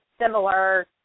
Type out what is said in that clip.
similar